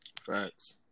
facts